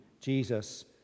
Jesus